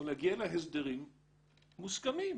הוא להגיע להסדרים מוסכמים.